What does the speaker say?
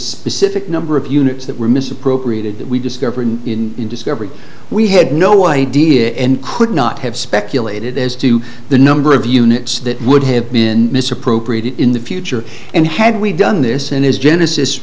specific number of units that were misappropriated that we discovered in discovery we had no idea and could not have speculated as to the number of units that would have been misappropriated in the future and had we done this in his genes